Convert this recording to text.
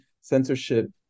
censorship